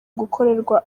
gukorerwa